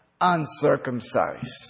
uncircumcised